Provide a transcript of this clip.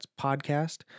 podcast